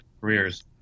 careers